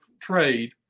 trade